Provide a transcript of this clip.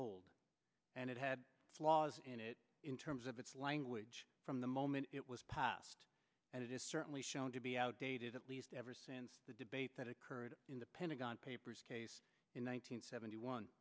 old and it had flaws in it in terms of its language from the moment it was passed and it is certainly shown to be outdated at least ever since the debate that occurred in the pentagon papers case in one nine hundred seventy one